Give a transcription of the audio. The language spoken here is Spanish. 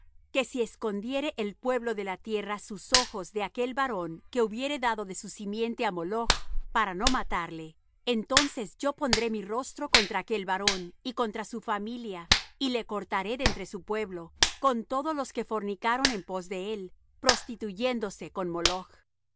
que si escondiere el pueblo de la tierra sus ojos de aquel varón que hubiere dado de su simiente á moloch para no matarle entonces yo pondré mi rostro contra aquel varón y contra su familia y le cortaré de entre su pueblo con todos los que fornicaron en pos de él prostituyéndose con moloch y